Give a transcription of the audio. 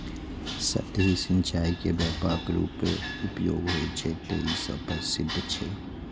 सतही सिंचाइ के व्यापक रूपें उपयोग होइ छै, तें ई प्रसिद्ध छै